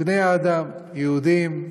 בני האדם, יהודים,